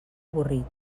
avorrit